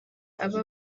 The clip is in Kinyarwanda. aba